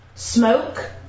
Smoke